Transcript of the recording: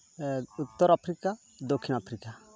ᱩᱛᱛᱚᱨ Africa ᱫᱚᱠᱠᱷᱤᱱ Africa